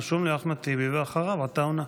רשום לי אחמד טיבי, ואחריו עטאונה.